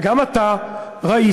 וגם אתה ראית